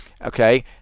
Okay